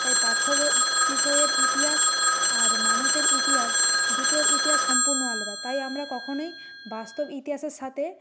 তাই পাঠ্য বিষয়ের ইতিহাস আর মানুষের ইতিহাস দুটোর ইতিহাস সম্পূর্ণ আলাদা তাই আমরা কখনোই বাস্তব ইতিহাসের সাথে